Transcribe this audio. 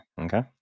Okay